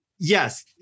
Yes